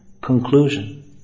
conclusion